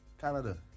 Canada